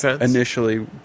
initially